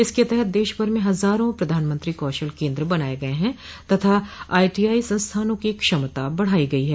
इसके तहत देशभर में हजारों प्रधानमंत्री कौशल केंद्र बनाए गए हैं तथा आईटीआई संस्थानों की क्षमता बढ़ाई गई है